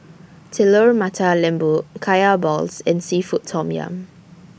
Telur Mata Lembu Kaya Balls and Seafood Tom Yum